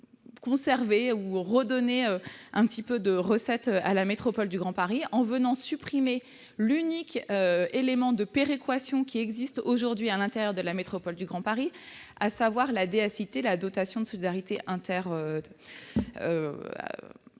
ont souhaité redonner un petit peu de recettes à la métropole du Grand Paris en supprimant l'unique élément de péréquation qui existe aujourd'hui à l'intérieur de la métropole du Grand Paris, à savoir la DSIT, la dotation de solidarité à